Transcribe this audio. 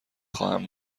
خواهم